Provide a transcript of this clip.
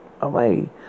away